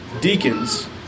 deacons